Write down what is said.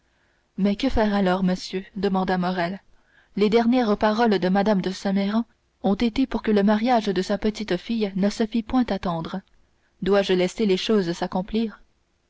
mais que faire alors monsieur demanda morrel les dernières paroles de mme de saint méran ont été pour que le mariage de sa petite-fille ne se fît point attendre dois-je laisser les choses s'accomplir